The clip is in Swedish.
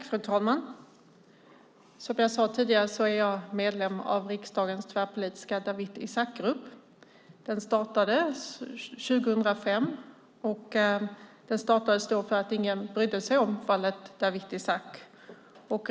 Fru talman! Som jag sade tidigare är jag medlem av riksdagens tvärpolitiska Dawit Isaak-grupp. Den startades 2005 för att ingen brydde sig om fallet Dawit Isaak.